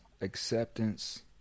acceptance